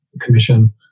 Commission